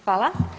Hvala.